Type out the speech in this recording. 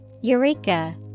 Eureka